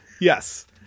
Yes